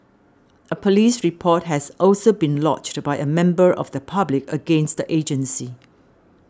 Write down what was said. a police report has also been lodged by a member of the public against the agency